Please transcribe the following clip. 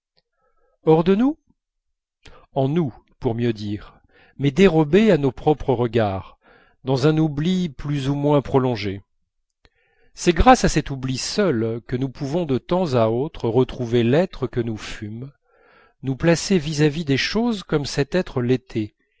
hors de nous en nous pour mieux dire mais dérobée à nos propres regards dans un oubli plus ou moins prolongé c'est grâce à cet oubli seul que nous pouvons de temps à autre retrouver l'être que nous fûmes nous placer vis-à-vis des choses comme cet être